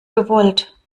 gewollt